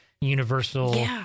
universal